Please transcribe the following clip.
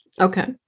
Okay